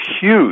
huge